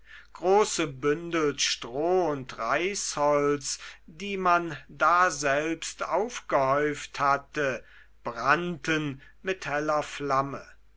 große bündel stroh und reisholz die man daselbst aufgehäuft hatte brannten mit heller flamme